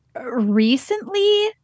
Recently